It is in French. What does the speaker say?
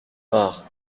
rare